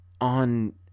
on